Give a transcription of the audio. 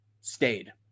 stayed